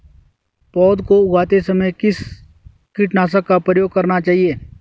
पौध को उगाते समय किस कीटनाशक का प्रयोग करना चाहिये?